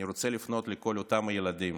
אני רוצה לפנות לכל אותם ילדים